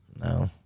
No